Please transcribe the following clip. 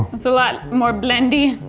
it's it's a lot more blendy.